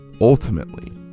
ultimately